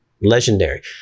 legendary